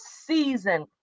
season